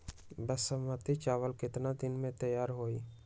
बासमती चावल केतना दिन में तयार होई?